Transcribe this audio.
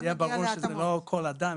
שיהיה ברור שזה לא כל אדם,